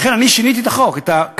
לכן אני שיניתי את החוק, את הכללים.